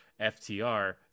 FTR